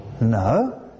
no